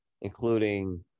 including